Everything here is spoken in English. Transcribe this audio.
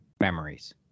memories